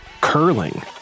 curling